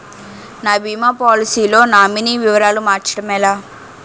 నా భీమా పోలసీ లో నామినీ వివరాలు మార్చటం ఎలా?